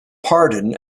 pardon